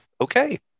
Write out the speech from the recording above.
Okay